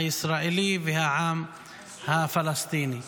העם הישראלי והעם הפלסטיני.